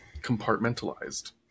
compartmentalized